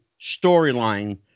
storyline